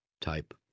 type